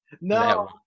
No